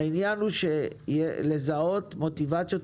העניין הוא לזהות מוטיבציות,